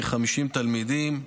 כ-50 תלמידים,